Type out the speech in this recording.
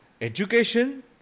Education